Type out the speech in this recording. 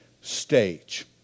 stage